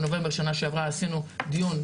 בנובמבר שנה שעברה עשינו דיון,